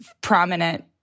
prominent